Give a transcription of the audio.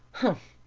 humph!